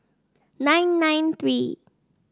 nine nine three